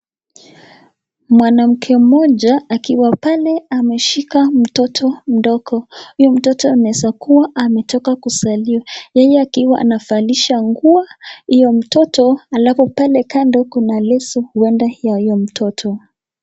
Mwanamke mmoja akiwa pale ameshika mtoto mdogo, huyu mtoto anaweza kuwa ametoka kuzaliwa, yeye akiwa anavalisha nguo hiyo mtoto alafu pale kando kuna leso huenda ya huyo mtoto.